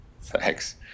Thanks